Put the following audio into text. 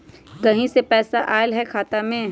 कहीं से पैसा आएल हैं खाता में?